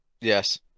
Yes